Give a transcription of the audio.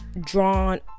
drawn